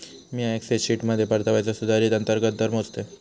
मिया एक्सेल शीटमध्ये परताव्याचो सुधारित अंतर्गत दर मोजतय